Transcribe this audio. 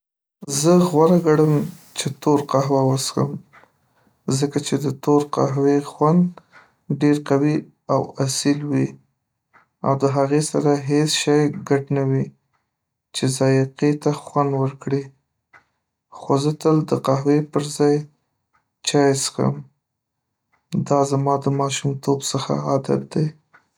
زه غوره ګڼم چې تور قهوه وڅښم. ځکه چې د تور قهوې خوند ډېر قوي او اصیل وی او د هغې سره هیڅ شی ګډ نه وي چې ذائقې ته خوند ورکړي، خو زه تل د قهوي پر ځای چای څښم دا زما د ماشومتوب څخه عادت دی.